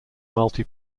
multi